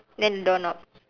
and then doorknob